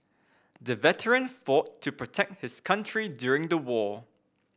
the veteran fought to protect his country during the war